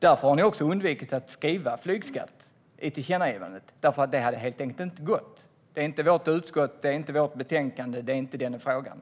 Därför har ni också undvikit att skriva "flygskatt" i tillkännagivandet. Det hade helt enkelt inte gått. Det är inte en fråga för vårt utskott. Det är inte vårt betänkande.